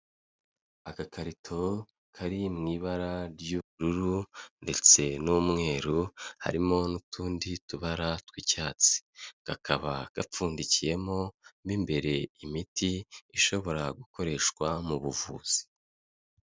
Agakarito kari mu ibara ry'ubururu ndetse n'umweru, harimo n'utundi tubara tw'icyatsi, kakaba gapfundikiyemo, mo imbere imiti ishobora gukoreshwa mu buvuzi.